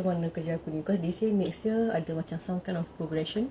tak mana kerja aku cause di sini sia ada macam some kind of progression